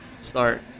start